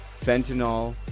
fentanyl